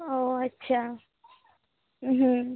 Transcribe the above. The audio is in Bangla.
ও আচ্ছা হুম